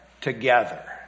Together